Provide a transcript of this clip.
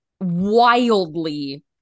wildly